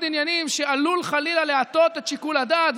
עניינים שעלול חלילה להטות את שיקול הדעת.